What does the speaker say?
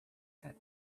that